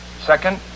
Second